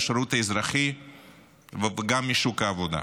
מהשירות האזרחי וגם משוק העבודה.